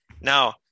Now